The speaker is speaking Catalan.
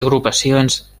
agrupacions